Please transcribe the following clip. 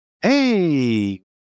hey